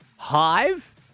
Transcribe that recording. Hive